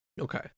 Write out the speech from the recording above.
Okay